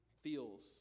feels